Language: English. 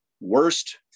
worst